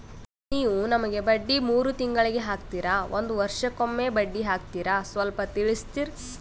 ನೀವು ನಮಗೆ ಬಡ್ಡಿ ಮೂರು ತಿಂಗಳಿಗೆ ಹಾಕ್ತಿರಾ, ಒಂದ್ ವರ್ಷಕ್ಕೆ ಒಮ್ಮೆ ಬಡ್ಡಿ ಹಾಕ್ತಿರಾ ಸ್ವಲ್ಪ ತಿಳಿಸ್ತೀರ?